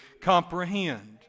comprehend